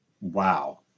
Wow